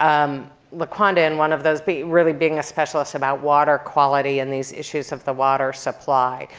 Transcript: um laquanda in one of those, really being a specialist about water quality and these issues of the water supply.